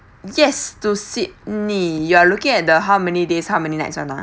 yes to sydney you are looking at the how many days how many night [one] uh